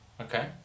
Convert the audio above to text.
Okay